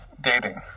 Dating